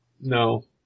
No